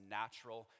natural